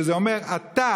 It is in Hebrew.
שזה אומר אתה,